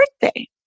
birthday